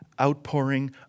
outpouring